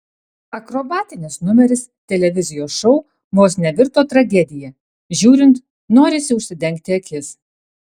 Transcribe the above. akrobatinis numeris televizijos šou vos nevirto tragedija žiūrint norisi užsidengti akis